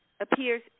appears